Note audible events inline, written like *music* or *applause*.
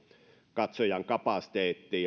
katsojan kapasiteetti *unintelligible*